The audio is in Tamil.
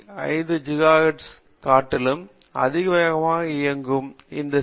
5 Ghz காட்டிலும் அதிக வேகமாக இயங்கும் எந்த சி